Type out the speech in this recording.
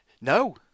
No